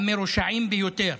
המרושעים ביותר,